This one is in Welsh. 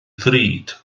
ddrud